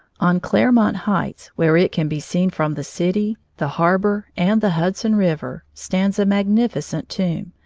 on claremont heights where it can be seen from the city, the harbor, and the hudson river, stands a magnificent tomb,